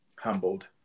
Humbled